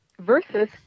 Versus